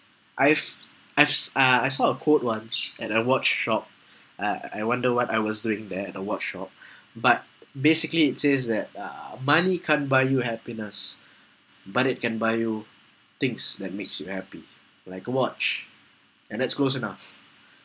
I've I've uh I saw a quote once at a watch shop uh I wonder what I was doing there at the watch shop but basically it says that uh money can't buy you happiness but it can buy you things that makes you happy like a watch and that's close enough